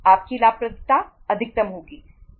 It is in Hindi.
आपकी लाभप्रदता अधिकतम होगी